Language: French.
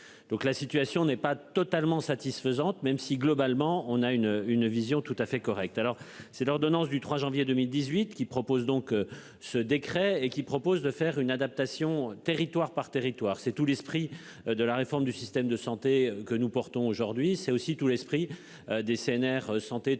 Donc la situation n'est pas totalement satisfaisante même si, globalement, on a une, une vision tout à fait correct. Alors c'est l'ordonnance du 3 janvier 2018 qui propose donc ce décret et qui propose de faire une adaptation, territoire par territoire. C'est tout l'esprit de la réforme du système de santé que nous portons aujourd'hui c'est aussi tout l'esprit des CNR santé